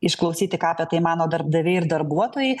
išklausyti ką apie tai mano darbdaviai ir darbuotojai